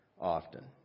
Often